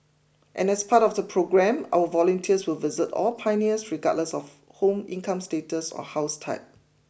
and as part of the programme our volunteers will visit all pioneers regardless of home income status or house type